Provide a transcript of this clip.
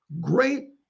great